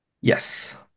Yes